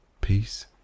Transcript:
Peace